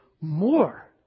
more